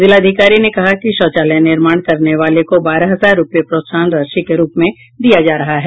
जिला पदाधिकारी ने कहा कि शौचालय निर्माण करने वाले को बारह हजार रुपये प्रोत्साहन राशि के रूप में दिया जा रहा है